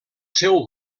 seu